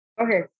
Okay